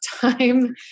time